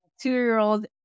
two-year-old